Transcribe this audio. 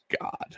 god